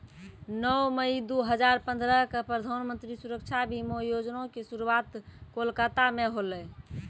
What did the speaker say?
नौ मई दू हजार पंद्रह क प्रधानमन्त्री सुरक्षा बीमा योजना के शुरुआत कोलकाता मे होलै